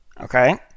okay